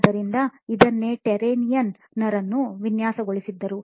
ಆದ್ದರಿಂದ ಇದನ್ನೇ ಟೆರೇನಿಯನ್ ನ್ನರು ವಿನ್ಯಾಸಗೊಳಿಸಿದ್ದರು